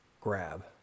grab